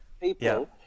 people